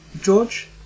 George